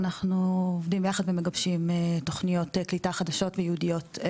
אנחנו עובדים ביחד ומגבשים תוכניות קליטה חדשות וייעודיות.